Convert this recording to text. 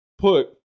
put